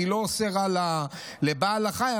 אני לא עושה רע לבעל החיים,